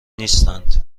نیستند